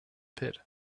pit